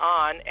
on